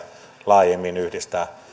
laajemmin yhdistää